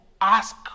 ask